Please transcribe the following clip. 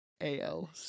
A-L